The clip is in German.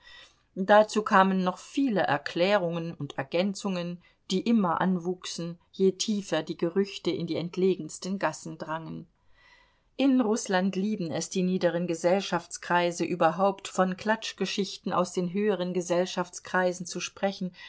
dazu kamen noch viele erklärungen und ergänzungen die immer anwuchsen je tiefer die gerüchte in die entlegensten gassen drangen in rußland lieben es die niederen gesellschaftskreise überhaupt von klatschgeschichten aus den höheren gesellschaftskreisen zu sprechen